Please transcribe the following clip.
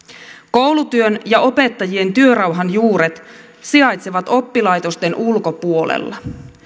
koulutyön ja opettajien työrauhan juuret sijaitsevat oppilaitosten ulkopuolella